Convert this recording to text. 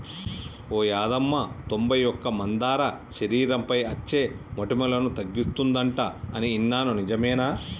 ఓ యాదమ్మ తొంబై ఒక్క మందార శరీరంపై అచ్చే మోటుములను తగ్గిస్తుందంట అని ఇన్నాను నిజమేనా